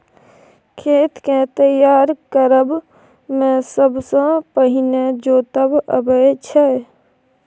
खेत केँ तैयार करब मे सबसँ पहिने जोतब अबै छै